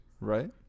Right